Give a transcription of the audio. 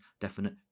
definite